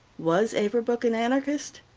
was averbuch an anarchist?